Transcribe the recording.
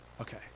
Okay